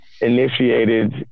initiated